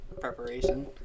preparation